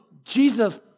Jesus